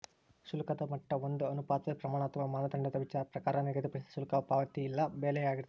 ಶುಲ್ಕದ ಮಟ್ಟ ಒಂದ ಅನುಪಾತದ್ ಪ್ರಮಾಣ ಅಥವಾ ಮಾನದಂಡದ ಪ್ರಕಾರ ನಿಗದಿಪಡಿಸಿದ್ ಶುಲ್ಕ ಪಾವತಿ ಇಲ್ಲಾ ಬೆಲೆಯಾಗಿರ್ತದ